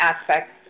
aspects